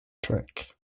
track